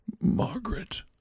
Margaret